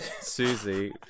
Susie